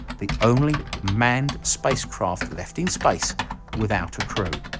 the only manned spacecraft left in space without a crew.